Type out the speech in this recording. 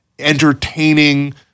entertaining